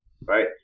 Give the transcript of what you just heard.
right